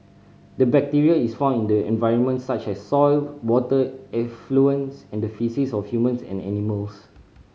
the bacteria is found in the environment such as soil water effluents and the faeces of humans and animals